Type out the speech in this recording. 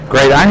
Great